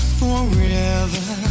forever